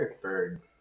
Bird